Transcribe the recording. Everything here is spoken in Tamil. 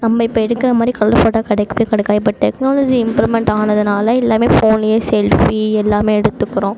நம்ம இப்போ எடுக்கிற மாதிரி கலர் ஃபோட்டோ கிடைக்கவே கிடைக்காது இப்போ டெக்னாலஜி இம்ப்ரூமெண்ட் ஆனதினால எல்லாம் ஃபோன்லேயே செல்ஃபி எல்லாம் எடுத்துக்கிறோம்